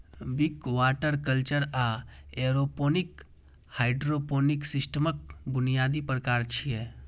Wick, water culture आ aeroponic hydroponic सिस्टमक बुनियादी प्रकार छियै